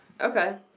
Okay